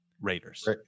Raiders